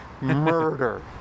murder